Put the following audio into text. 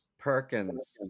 Perkins